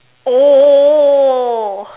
oh oh oh